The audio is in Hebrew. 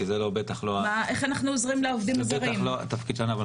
כי זה בטח לא התפקיד שלנו.